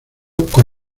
con